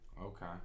Okay